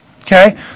okay